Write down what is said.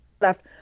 left